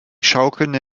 schaukelnde